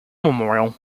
memorial